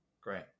great